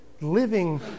living